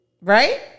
right